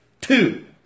Two